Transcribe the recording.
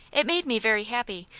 it made me very happy.